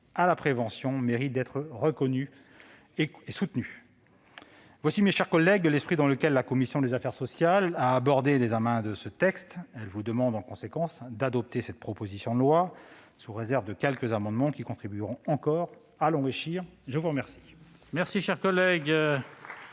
à la prévention mérite d'être reconnue et soutenue. Tel est, mes chers collègues, l'esprit dans lequel la commission des affaires sociales a abordé l'examen de ce texte. Elle vous demande en conséquence d'adopter cette proposition de loi, sous réserve de l'adoption de quelques amendements qui contribueront encore à l'enrichir. La parole